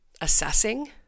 assessing